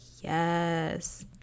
yes